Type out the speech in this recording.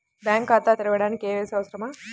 Bank ఖాతా తెరవడానికి KYC అవసరమా?